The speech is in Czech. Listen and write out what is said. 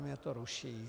Mě to ruší.